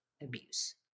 abuse